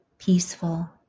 Peaceful